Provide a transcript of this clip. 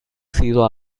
sido